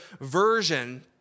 version